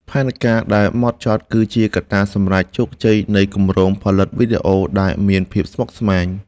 ផែនការដែលហ្មត់ចត់គឺជាកត្តាសម្រេចជោគជ័យនៃគម្រោងផលិតវីដេអូដែលមានភាពស្មុគស្មាញ។